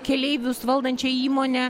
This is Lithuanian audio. keleivius valdančia įmone